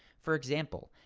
for example,